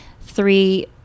three